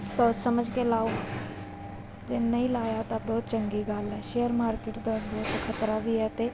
ਸੋਚ ਸਮਝ ਕੇ ਲਗਾਓ ਜੇ ਨਹੀਂ ਲਗਾਇਆ ਤਾਂ ਬਹੁਤ ਚੰਗੀ ਗੱਲ ਹੈ ਸ਼ੇਅਰ ਮਾਰਕੀਟ ਦਾ ਬਹੁਤ ਖ਼ਤਰਾ ਵੀ ਹੈ ਅਤੇ